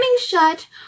shut